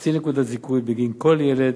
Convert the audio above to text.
חצי נקודות זיכוי בגין כל ילד